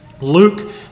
Luke